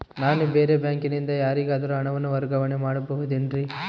ನಾನು ಬೇರೆ ಬ್ಯಾಂಕಿನಿಂದ ಯಾರಿಗಾದರೂ ಹಣವನ್ನು ವರ್ಗಾವಣೆ ಮಾಡಬಹುದೇನ್ರಿ?